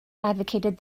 advocated